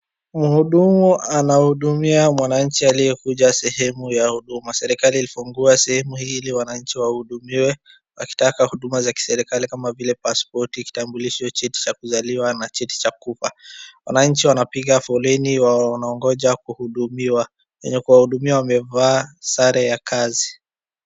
Mhudumu anahudumia mwananchi aliyekuja sehemu ya Huduma. Serikali ilifungua sehemu hii ili wananchi wahudumiwe wakitaka huduma za kiserikalai kama vile pasipoti, kitambulisho, cheti cha kuzaliwa na cheti cha kufa. Wananchi wanapiga foleni wanaongoja kuhudumiwa. Wenye kuwahudumia wamevaa sare ya kazi.